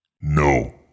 No